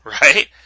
right